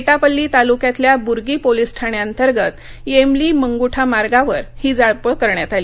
एटापल्ली तालुक्यातल्या बुर्गी पोलिस ठाण्यांतर्गत येमली मंगुठा मार्गावर ही जाळपोळ करण्यात आली